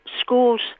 schools